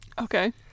Okay